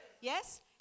Yes